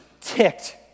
ticked